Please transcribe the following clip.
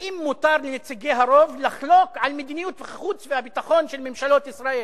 האם מותר לנציגי הרוב לחלוק על מדיניות החוץ והביטחון של ממשלות ישראל?